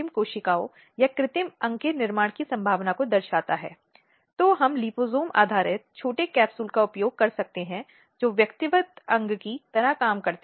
महिलाओं की तस्करी वेश्यावृत्ति के लिए मजबूर करना और सूची जारी है